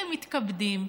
הייתם מתכבדים,